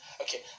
Okay